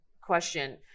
question